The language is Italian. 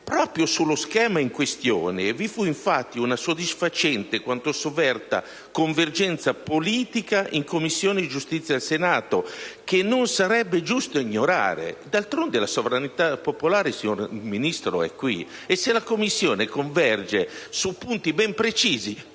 Proprio sullo schema in questione vi fu infatti una soddisfacente quanto sofferta convergenza politica in Commissione giustizia del Senato, che non sarebbe giusto ignorare. D'altronde, la sovranità popolare, signor Ministro, è qui, e se la Commissione converge su punti ben precisi,